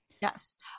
Yes